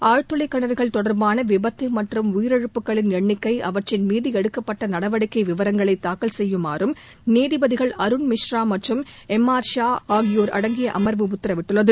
ஆழ்துளை கிணறுகள் தொடர்பான விபத்து மற்றும் உயிரிழப்புகளின் எண்ணிக்கை அவற்றின் மீது எடுக்கப்பட்ட நடவடிக்கை விவரங்களை தாக்கல் செய்யுமாறும் நீதிபதிகள் அருண் மிஸ்றா மற்றும் எம் ஆர் ஷா ஆகியோர் அடங்கிய அமர்வு உத்தரவிட்டுள்ளது